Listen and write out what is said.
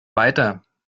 weiter